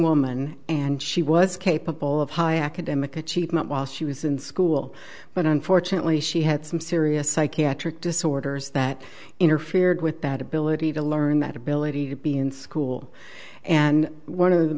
woman and she was capable of high academic achievement while she was in school but unfortunately she had some serious psychiatric disorders that interfered with that ability to learn that ability to be in school and